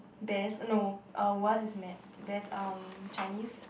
best no uh worst is Maths best um Chinese